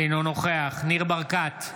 אינו נוכח ניר ברקת,